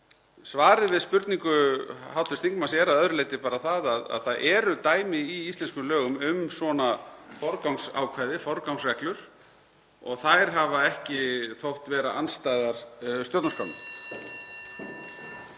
svarið við spurningu hv. þingmanns er að öðru leyti bara það að það eru dæmi í íslenskum lögum um svona forgangsákvæði, forgangsreglur og þær hafa ekki þótt vera andstæðar stjórnarskránni.